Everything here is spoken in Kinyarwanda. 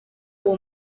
uwo